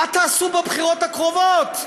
מה תעשו בבחירות הקרובות?